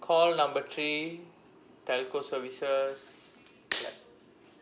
call number three telco services clap